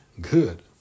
good